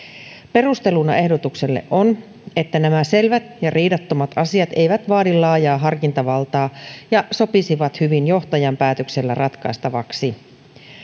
perusteluna ehdotukselle on että nämä selvät ja riidattomat asiat eivät vaadi laajaa harkintavaltaa ja sopisivat hyvin johtajan päätöksellä ratkaistavaksi